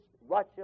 Russia